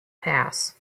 pass